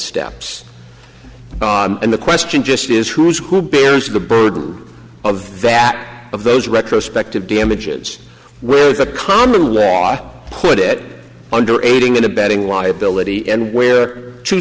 steps and the question just is who's who bears the burden of that of those retrospective damages where it's a common law put it under aiding and abetting liability and where to